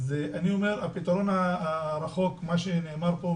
לכן אני אומר שהפתרון הרחוק הוא כפי שנאמר פה,